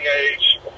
age